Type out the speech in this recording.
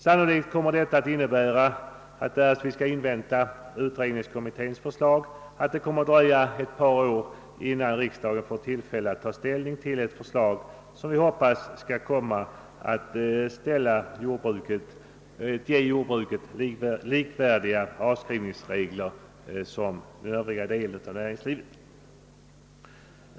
Sannolikt kommer detta att innebära att det, därest vi skall invänta jordbruksskattekommitténs förslag, kommer att dröja ett par år innan riksdagen får tillfälle att ta ställning till ett förslag som vi hoppas skall komma att ge jordbruket med den övriga delen av näringslivet likvärdiga avskrivningsregler.